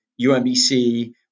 UMBC